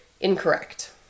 incorrect